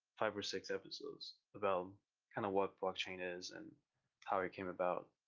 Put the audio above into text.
five or six episodes, about kind of what blockchain is and how it came about.